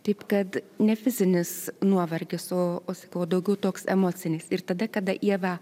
taip kad ne fizinis nuovargis o o sakau daugiau toks emocinis ir tada kada ieva